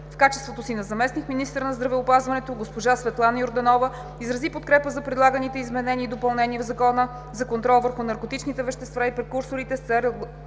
В качеството си на заместник-министър на здравеопазването госпожа Светлана Йорданова изрази подкрепа за предлаганите изменения и допълнения в Закона за контрол върху наркотичните вещества и прекурсорите с цел